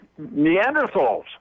neanderthals